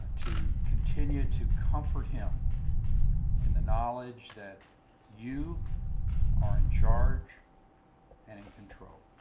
to continue to comfort him in the knowledge that you are in charge and in control.